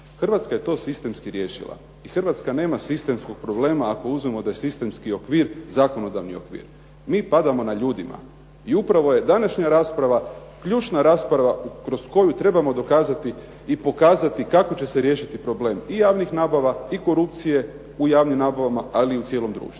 Hrvatska je to sistemski riješila, i Hrvatska nema sistemskog problema ako uzmemo da je sistemski okvir zakonodavni okvir. Mi padamo na ljudima i upravo je današnja rasprava ključna rasprava kroz koju trebamo dokazati i pokazati kako će se riješiti problem i javnih nabava i korupcije u javnim nabavama, ali i u cijelom društvu.